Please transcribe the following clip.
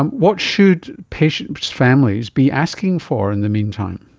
what should patients' families be asking for in the meantime?